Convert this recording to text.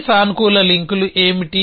ఈ సానుకూల లింకులు ఏమిటి